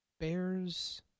bears